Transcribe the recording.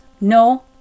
no